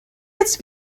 jetzt